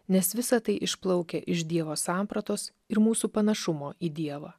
nes visa tai išplaukia iš dievo sampratos ir mūsų panašumo į dievą